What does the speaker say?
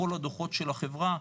כל הדוחות של החברות,